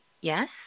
Yes